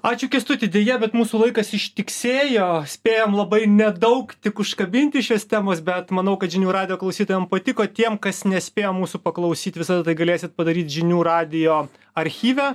ačiū kęstuti deja bet mūsų laikas ištiksėjo spėjom labai nedaug tik užkabinti šios temos bet manau kad žinių radijo klausytojam patiko tiem kas nespėjo mūsų paklausyt visada tai galėsit padaryt žinių radijo archyve